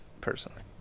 personally